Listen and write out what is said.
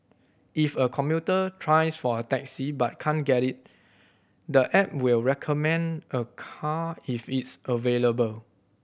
if a commuter tries for a taxi but can't get it the app will recommend a car if it's available